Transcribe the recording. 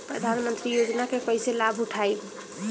प्रधानमंत्री योजना के कईसे लाभ उठाईम?